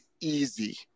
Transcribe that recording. easy